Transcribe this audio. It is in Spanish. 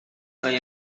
hay